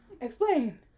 Explain